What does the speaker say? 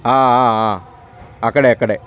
అక్కడే అక్కడే